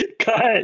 Cut